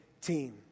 team